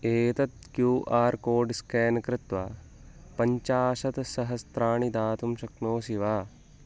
एतत् Q R code scan कृत्वा पञ्चाशत्सहस्राणि दातुं शक्नोषि वा